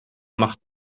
macht